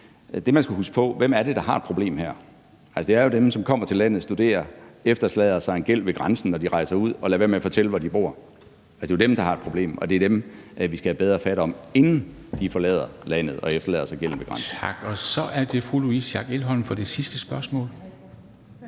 Det, man skal huske på, er, hvem det er, der har et problem her. Det er jo dem, som kommer til landet for at studere og efterlader sig en gæld ved grænsen, når de rejser ud eller lader være med at fortælle, hvor de bor. Altså, det er jo dem, der har et problem, og det er dem, vi skal have bedre fat om, inden de forlader landet og efterlader sig gælden ved grænsen. Kl. 13:45 Formanden (Henrik Dam Kristensen): Tak, og så er det fru Louise Schack Elholm for det sidste spørgsmål. Kl.